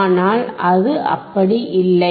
ஆனால் அது அப்படி இல்லை